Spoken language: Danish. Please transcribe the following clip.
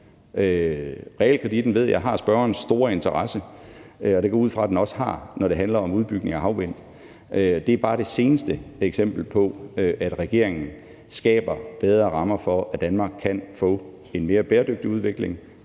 Realkreditten ved jeg har spørgerens store interesse, og det går jeg ud fra den også har, når det handler om udbygning af havvind. Det er bare det seneste eksempel på, at regeringen skaber bedre rammer for, at Danmark kan få en mere bæredygtig udvikling